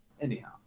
anyhow